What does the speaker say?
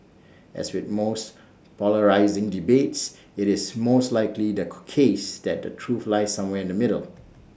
as with most polarising debates IT is most likely the case that the truth lies somewhere in the middle